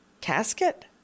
casket